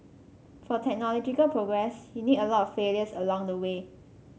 for technological progress you need a lot of failures along the way